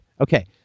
Okay